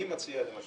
אני מציע, למשל,